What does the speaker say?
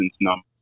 number